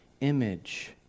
image